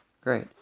great